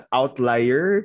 outlier